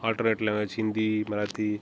ஆல்டரேட்டில வேறு ஏதாச்சு ஹிந்தி மராத்தி